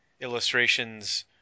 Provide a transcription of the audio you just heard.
illustrations